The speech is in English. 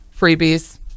freebies